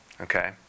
okay